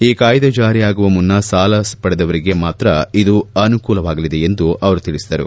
ಈ ಕಾಯ್ದೆ ಜಾರಿಯಾಗುವ ಮುನ್ನ ಸಾಲ ಪಡೆದವರಿಗೆ ಮಾತ್ರ ಇದು ಅನುಕೂಲವಾಗಲಿದೆ ಎಂದು ಅವರು ತಿಳಿಸಿದರು